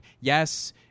yes